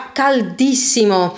caldissimo